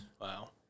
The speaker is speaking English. Wow